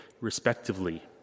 respectively